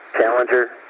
Challenger